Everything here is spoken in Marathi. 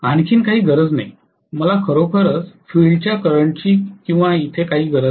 आणखी काही गरज नाही मला खरोखरच फील्डच्या करंटची किंवा इथे काहीही गरज नाही